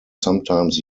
sometimes